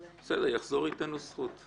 בסדר, יחזור, אתן לו זכות.